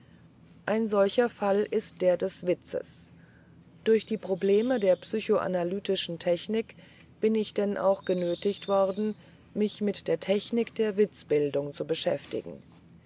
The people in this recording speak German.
ein solcher fall ist der des witzes durch die probleme der psychoanalytischen technik bin ich denn auch genötigt worden mich mit der technik der witzbildung zu beschäftigen